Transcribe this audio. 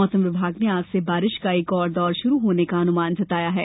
मौसम विभाग ने आज से बारिश का एक और दौर शुरू होने का अनुमान जताया है